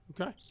Okay